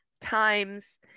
times